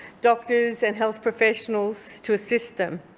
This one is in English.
doctors and health professionals to assist them.